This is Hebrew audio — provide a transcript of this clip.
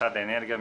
משרד האנרגיה,